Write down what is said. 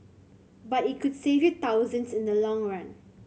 but it could save you thousands in the long run